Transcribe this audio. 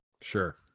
Sure